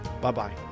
Bye-bye